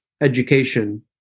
education